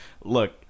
look